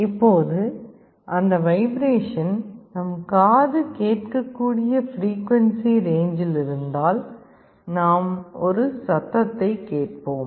இப்போது அந்த வைப்ரேஷன் நம் காது கேட்கக்கூடிய பிரீக்குவன்ஸி ரேஞ்சில் இருந்தால் நாம் ஒரு சத்தத்தைக் கேட்போம்